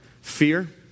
Fear